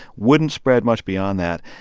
wouldn't spread much beyond that.